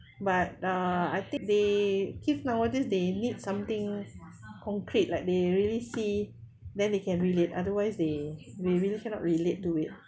but uh I think they kids nowadays they need something concrete like they really see then they can relate otherwise they we really cannot relate to it